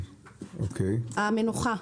המנוחה,